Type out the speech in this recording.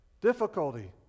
difficulty